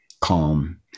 calm